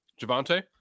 Javante